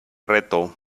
reto